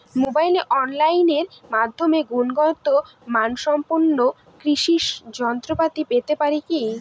মোবাইলে অনলাইনের মাধ্যমে গুণগত মানসম্পন্ন কৃষি যন্ত্রপাতি পেতে পারি কি?